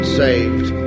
saved